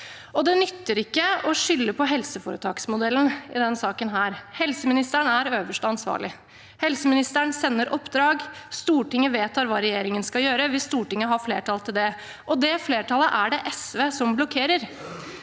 Det nytter ikke å skylde på helseforetaksmodellen i denne saken. Helseministeren er øverste ansvarlige. Helseministeren sender oppdrag. Stortinget vedtar hva regjeringen skal gjøre, hvis Stortinget har flertall til det, og det flertallet er det SV som blokkerer.